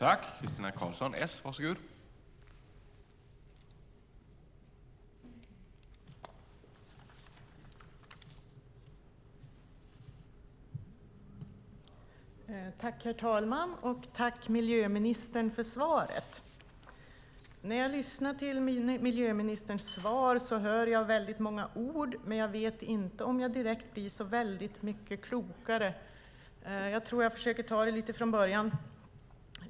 Herr talman! Tack för svaret, miljöministern! När jag lyssnar till miljöministerns svar hör jag väldigt många ord, men jag vet inte om jag blir så mycket klokare. Jag tror att jag försöker ta det från början.